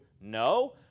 No